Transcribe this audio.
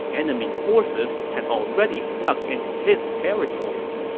enemy forces had already snuck into his territory.